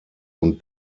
und